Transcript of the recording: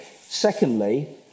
Secondly